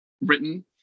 written